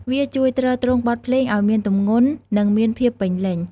វាជួយទ្រទ្រង់បទភ្លេងឱ្យមានទម្ងន់ និងមានភាពពេញលេញ។